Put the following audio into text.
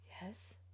Yes